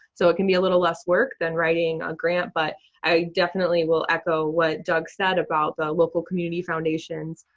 so it can be a little less work than writing a grant, but i definitely will echo what doug said about the local community foundations.